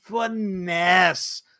finesse